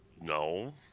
No